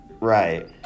Right